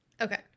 Okay